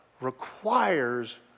requires